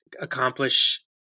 accomplish